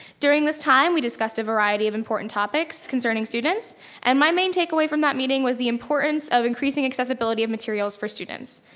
during this time, we discussed a variety of important topics concerning students and my main takeaway from that meeting was the importance of increasing accessibility of materials for students.